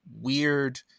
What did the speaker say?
weird